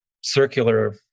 circular